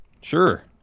Sure